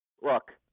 look